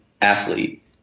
athlete